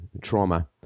trauma